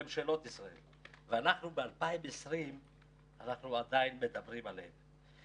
וב-2020 אנחנו עדיין מדברים עליהן.